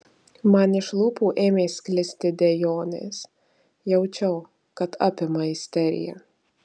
man iš lūpų ėmė sklisti dejonės jaučiau kad apima isterija